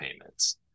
payments